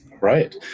Right